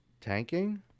tanking